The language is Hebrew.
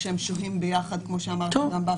כשהם שוהים ביחד גם בהפסקות.